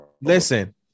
listen